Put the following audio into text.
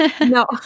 No